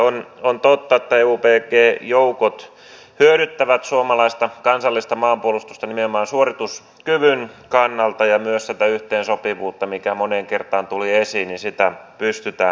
on totta että eubg joukot hyödyttävät suomalaista kansallista maanpuolustusta nimenomaan suorituskyvyn kannalta ja myös tätä yhteensopivuutta mikä moneen kertaan tuli esiin pystytään lisäämään